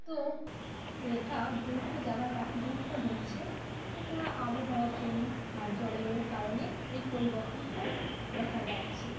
তো এটা দুটো জায়গার পাখি দুরকম হচ্ছে এটা আবহাওয়ার জন্য আর জলবায়ুর কারণে এই পরিবর্তনটা দেখা যাচ্ছে